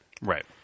Right